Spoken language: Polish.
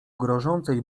grożącej